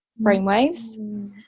brainwaves